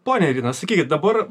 ponia irina sakykit dabar